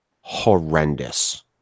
horrendous